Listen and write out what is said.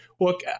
Look